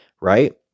right